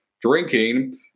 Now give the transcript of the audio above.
drinking